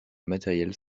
matériels